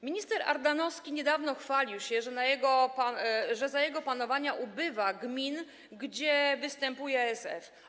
Minister Ardanowski niedawno chwalił się, że za jego panowania ubywa gmin, gdzie występuje ASF.